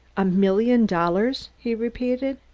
a million dollars! he repeated.